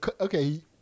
okay